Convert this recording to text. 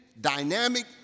dynamic